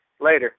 Later